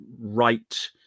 right